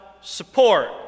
support